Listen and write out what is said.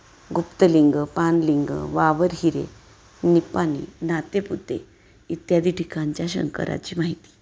गुप्तलिंग पानलिंग वावर हिरे निपाणी नातेपुते इत्यादी ठिकाणच्या शंकराची माहिती